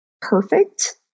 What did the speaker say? perfect